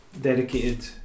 dedicated